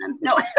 No